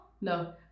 No